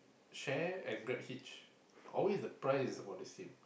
share and GrabHitch always the price is about the same